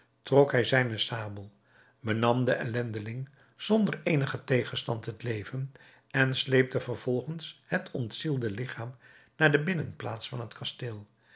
trok hij zijne sabel benam den ellendeling zonder eenigen tegenstand het leven en sleepte vervolgens het ontzielde ligchaam naar de binnenplaats van het kasteel